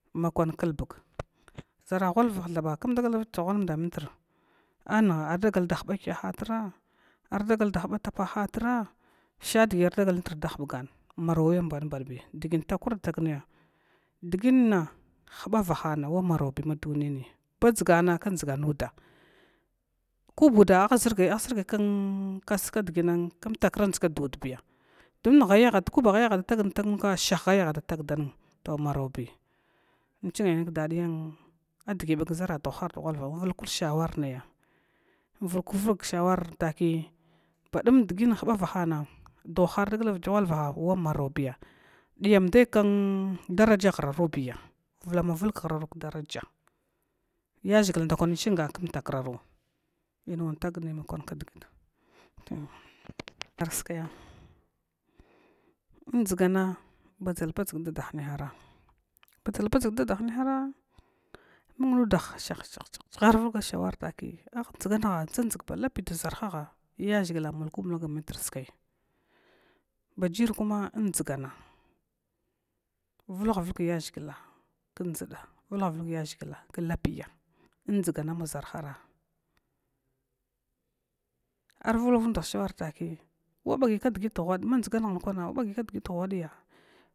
Ʒara ghalvah thaba km daga tsawhada mitra anha ardagal da nuba kyha arolagi da huba tapaha ha tra dhanndi ardagal nitr da hutgan dgintaku rda tag naya dginna hubalsana wa marbi maduniyibi, wabadgna kuba uda aha srga umtakr dʒga dudbiya do ko bi hay ahada tag da tag nn shah wada tagada nn inchingai nai kdgi bag ʒara dugha ara ghwalvah invulkur shwara naya in vukurvuk shawar taki badum dgi hubavahana dugha ar daga da vigya shuvahi diyan, mdai kdraja hrarubiy vulama vulg kdraja yaʒhig ndaku chngan kmtakrary mwan tagne makwa kdigita ah skaaya dʒgna badʒa ibu daa hina hara badʒabadʒg dada hinahara mun nudah shakh shakh shakh ar vugwa shawar takiya dʒandʒha ba lapi lapi dʒarhaha yaʒhigla mulku mulga armitr kskai baji kum in dʒgana vulga vulgyaʒhigu dʒola vulghw vulg yaʒhigla klapiya in dʒgan maʒarhara arvulgwa vulg nudeh kshawar takiya bagi kdigi ghud kwan madʒga nanna